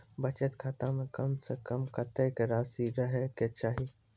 बचत खाता म कम से कम कत्तेक रासि रहे के चाहि?